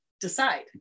decide